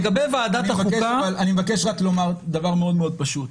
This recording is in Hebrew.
לגבי ועדת החוקה --- אני מבקש לומר דבר מאוד מאוד פשוט.